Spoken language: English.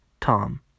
Tom